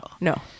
no